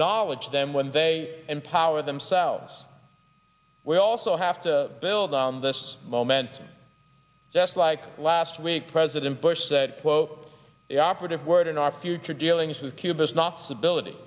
acknowledge them when they empower themselves we also have to build on this momentum just like last week president bush said quote the operative word in our future dealings with cuba's nots ability